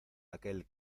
aquel